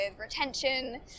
retention